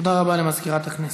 תודה רבה למזכירת הכנסת.